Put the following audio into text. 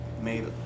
made